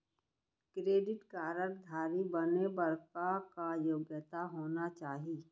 Credit card धारी बने बर का का योग्यता होना चाही?